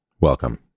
welcome